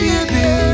Baby